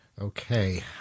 Okay